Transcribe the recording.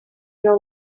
your